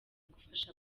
gufasha